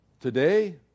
today